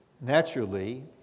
naturally